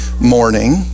morning